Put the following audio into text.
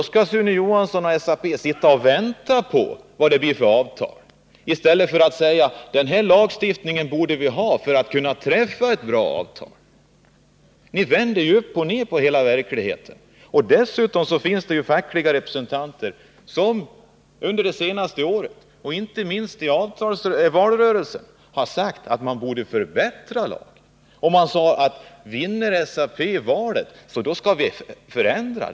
Sune Johansson och SAP vill sitta och vänta på vad det blir för avtal i stället för att säga vilken lagstiftning vi borde ha för att kunna träffa ett bra avtal. De vänder upp och ned på verkligheten. Det finns fackliga representanter som under de senaste åren och inte minst i valrörelsen har sagt att man borde förbättra lagen. Om SAP vann valet, sade man, skulle lagen ändras.